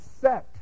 set